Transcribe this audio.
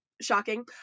shocking